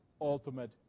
ultimate